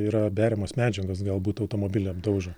yra beriamos medžiagos galbūt automobilį apdaužo